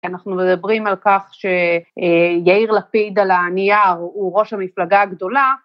אנחנו מדברים על כך שיאיר לפיד על הנייר הוא ראש המפלגה הגדולה.